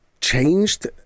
changed